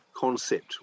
concept